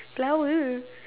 flowers